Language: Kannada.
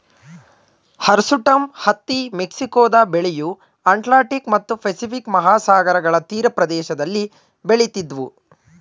ಹರ್ಸುಟಮ್ ಹತ್ತಿ ಮೆಕ್ಸಿಕೊದ ಬೆಳೆಯು ಅಟ್ಲಾಂಟಿಕ್ ಮತ್ತು ಪೆಸಿಫಿಕ್ ಮಹಾಸಾಗರಗಳ ತೀರಪ್ರದೇಶದಲ್ಲಿ ಬೆಳಿತಿದ್ವು